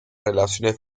relaciones